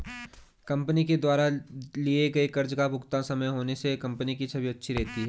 company के द्वारा लिए गए कर्ज का भुगतान समय पर होने से कंपनी की छवि अच्छी रहती है